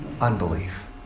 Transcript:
unbelief